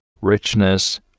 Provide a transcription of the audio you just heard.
richness